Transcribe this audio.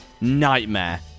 Nightmare